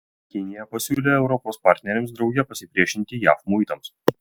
kinija pasiūlė europos partneriams drauge pasipriešinti jav muitams